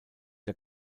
der